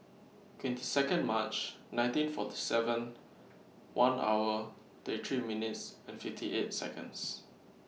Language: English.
twenty Second March nineteen forty seven one hour thirty three minutes and fifty eight Seconds